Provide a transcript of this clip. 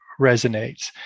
resonates